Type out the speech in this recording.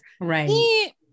Right